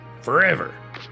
forever